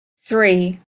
three